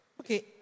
Okay